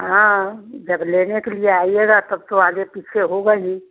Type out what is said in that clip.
हाँ जब लेने के लिए आइएगा तब तो आगे पीछे होगा ही